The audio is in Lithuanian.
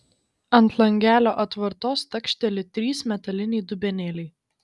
ant langelio atvartos takšteli trys metaliniai dubenėliai